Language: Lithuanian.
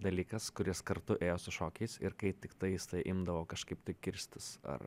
dalykas kuris kartu ėjo su šokiais ir kai tiktais tai imdavo kažkaip tai kirstis ar